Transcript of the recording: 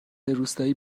روستایی